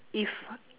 if